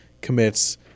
commits